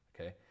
okay